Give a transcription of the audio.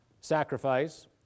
sacrifice